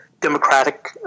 democratic